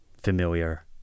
familiar